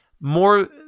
More